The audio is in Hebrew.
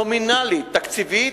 נומינלית, תקציבית.